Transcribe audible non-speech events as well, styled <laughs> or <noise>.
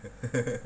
<laughs>